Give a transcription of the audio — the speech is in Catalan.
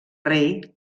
rei